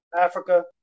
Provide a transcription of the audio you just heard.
Africa